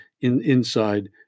inside